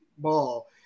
ball